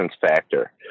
factor